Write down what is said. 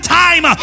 time